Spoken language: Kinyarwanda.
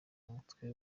mutwe